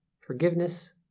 forgiveness